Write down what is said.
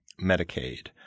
Medicaid